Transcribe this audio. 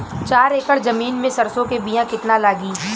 चार एकड़ जमीन में सरसों के बीया कितना लागी?